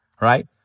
right